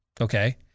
Okay